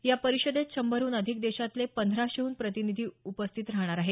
या परिषदेत शंभरहून अधिक देशातले पंधराशेहून प्रतिनिधी उपस्थित राहणार आहेत